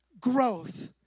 growth